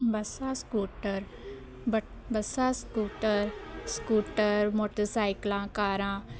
ਬੱਸਾਂ scooter but ਬੱਸਾਂ scooter scooter ਮੋਟਰਸਾਈਕਲਾਂ ਕਾਰਾਂ